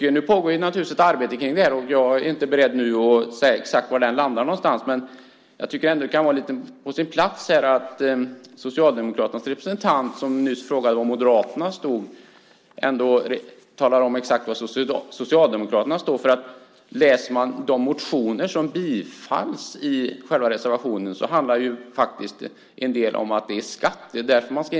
Det pågår ett arbete med detta, och jag är inte beredd att nu säga exakt var det kommer att landa. Men det kan ändå vara på sin plats att Socialdemokraternas representant, som nyss frågade var Moderaterna stod, talar om exakt var Socialdemokraterna står. Om man läser de motioner som har lett fram till reservationen handlar en del om att detta register ska införas för att man ska kunna ta ut en skatt.